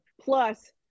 plus